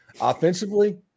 Offensively